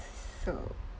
so